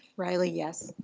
riley, yes.